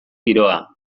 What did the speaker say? giroa